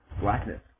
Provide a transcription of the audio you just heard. blackness